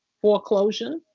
foreclosure